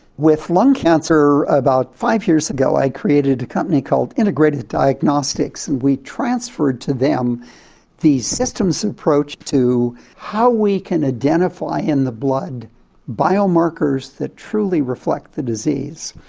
with lung cancer, about five years ago i created a company called integrated diagnostics, and we transferred to them the systems approach to how we can identify in the blood biomarkers that truly reflect the disease.